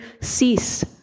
cease